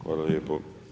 Hvala lijepo.